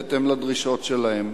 בהתאם לדרישות שלהם.